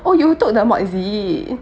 oh you took the mod is it